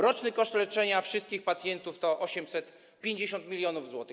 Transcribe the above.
Roczny koszt leczenia wszystkich pacjentów to 850 mln zł.